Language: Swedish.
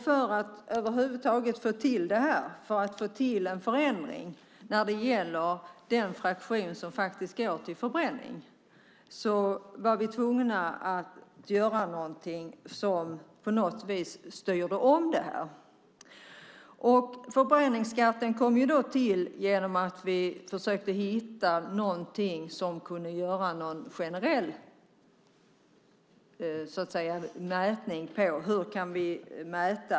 För att över huvud taget få till en förändring när det gäller den fraktion som faktiskt går till förbränning var vi tvungna att göra någonting som på något vis styrde om detta. Förbränningsskatten kom till genom att vi försökte hitta en generell mätning.